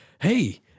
Hey